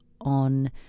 on